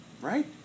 Right